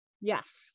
Yes